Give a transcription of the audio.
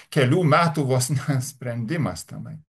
kelių metų vos ne sprendimas tenai